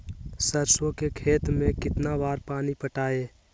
सरसों के खेत मे कितना बार पानी पटाये?